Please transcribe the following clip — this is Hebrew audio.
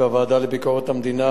בוועדה לביקורת המדינה.